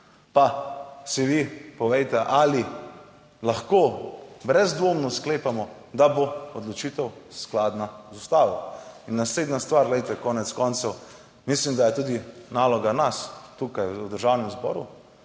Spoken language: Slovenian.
Pa si vi povejte, ali lahko brezdvomno sklepamo, da bo odločitev skladna z ustavo? In naslednja stvar, glejte, konec koncev mislim, da je tudi naloga nas tukaj v Državnem zboru,